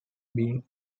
being